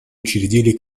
учредили